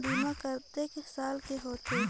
बीमा कतेक साल के होथे?